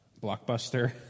blockbuster